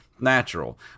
Natural